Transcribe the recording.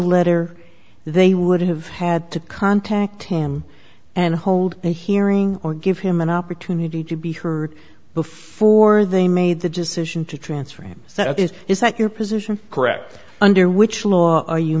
letter they would have had to contact him and hold a hearing or give him an opportunity to be heard before they made the decision to transfer him that is is that your position correct under which law are you